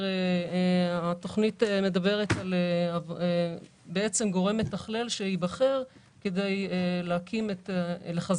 התכנית מדברת על גורם מתכלל שייבחר כדי לחזק